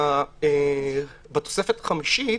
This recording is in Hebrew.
בתוספת החמישית,